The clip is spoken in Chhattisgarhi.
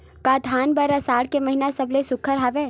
का धान बर आषाढ़ के महिना सबले सुघ्घर हवय?